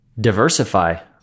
diversify